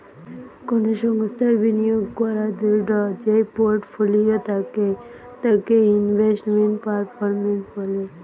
কোনো সংস্থার বিনিয়োগ করাদূঢ় যেই পোর্টফোলিও থাকে তাকে ইনভেস্টমেন্ট পারফরম্যান্স বলে